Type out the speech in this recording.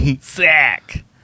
Sack